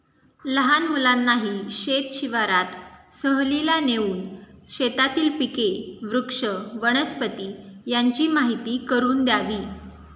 लहान मुलांनाही शेत शिवारात सहलीला नेऊन शेतातील पिके, वृक्ष, वनस्पती यांची माहीती करून द्यावी